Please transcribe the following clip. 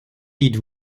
dites